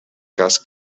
cas